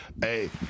hey